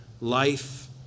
life